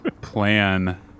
plan